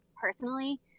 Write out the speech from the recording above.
personally